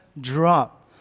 drop